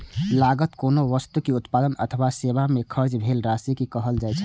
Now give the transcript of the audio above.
लागत कोनो वस्तुक उत्पादन अथवा सेवा मे खर्च भेल राशि कें कहल जाइ छै